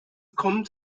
kommt